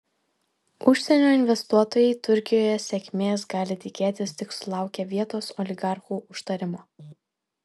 užsienio investuotojai turkijoje sėkmės gali tikėtis tik sulaukę vietos oligarchų užtarimo